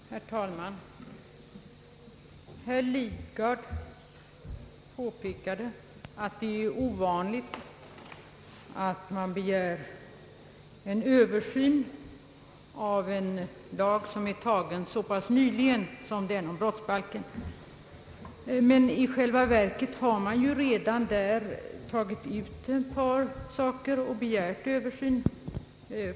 Herr talman! Herr Lidgard påpekade att det är ovanligt att man begär översyn av en lag som är antagen så pass nyligen som brottsbalken. Men i själva verket har man redan begärt översyn av delar därav.